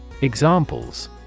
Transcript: Examples